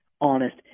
honest